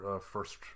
first